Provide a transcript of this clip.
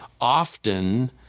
often